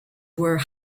were